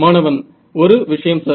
மாணவன் ஒரு விஷயம் சார்